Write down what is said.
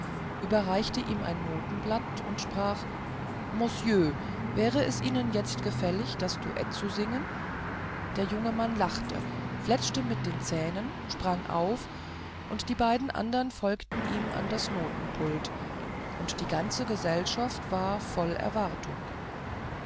überreichte ihm ein notenblatt und sprach mosjöh wäre es ihnen jetzt gefällig das duetto zu singen der junge mann lachte fletschte mit den zähnen sprang auf und die beiden andern folgten ihm an das notenpult und die ganze gesellschaft war voll erwartung